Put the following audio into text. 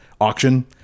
auction